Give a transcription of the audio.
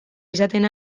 izaten